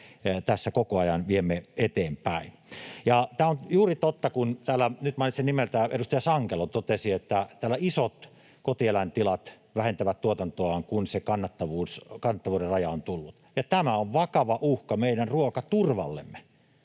tässä koko ajan viemme eteenpäin. Ja tämä on juuri totta — nyt mainitsen nimeltä, edustaja Sankelo tämän totesi — että täällä isot kotieläintilat vähentävät tuotantoaan, kun se kannattavuuden raja on tullut vastaan. Tämä on vakava uhka meidän ruokaturvallemme.